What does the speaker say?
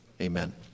Amen